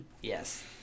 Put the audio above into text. yes